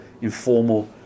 informal